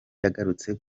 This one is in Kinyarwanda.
yagarutse